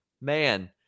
man